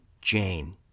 Jane